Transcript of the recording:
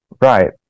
right